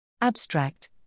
Abstract